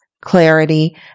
clarity